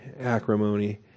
acrimony